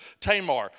Tamar